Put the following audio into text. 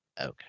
Okay